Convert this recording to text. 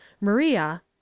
Maria